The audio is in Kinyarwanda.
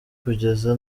kugeza